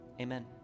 amen